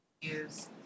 Use